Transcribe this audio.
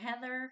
Heather